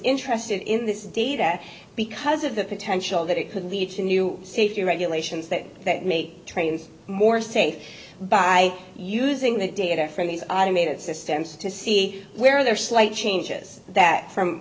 interested in this data because of the potential that it could lead to new safety regulations that that make trains more safe by using the data from these i mean it's systems to see where there are slight changes that